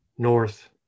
north